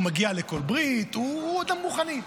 הוא מגיע לכל ברית, הוא אדם רוחני.